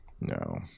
No